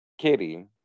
Kitty